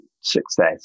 success